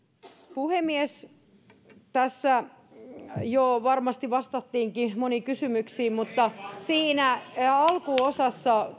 puhemies tässä jo varmasti vastattiinkin moniin kysymyksiin mutta siinä alkuosassa